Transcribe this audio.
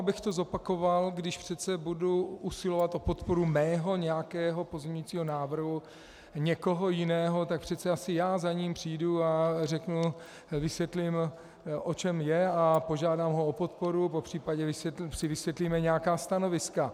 Abych to znovu zopakoval když přece budu usilovat o podporu mého nějakého pozměňujícího návrhu někoho jiného, tak přece asi já za ním přijdu a vysvětlím, o čem je, a požádám ho o podporu, popřípadě si vysvětlíme nějaká stanoviska.